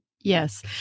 Yes